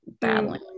battling